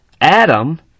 Adam